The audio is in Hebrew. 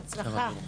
(מחיאות כפיים.) בהצלחה.